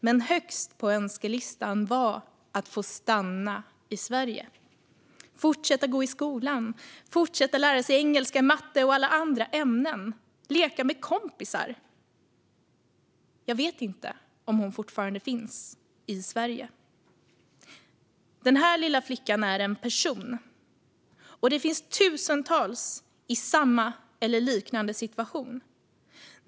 Men högst på önskelistan var att få stanna i Sverige, fortsätta gå i skolan, fortsätta lära sig engelska, matte och alla andra ämnen och leka med kompisar. Jag vet inte om hon fortfarande finns i Sverige. Den här lilla flickan är en person, och det finns tusentals i samma eller liknande situation.